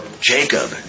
Jacob